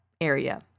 area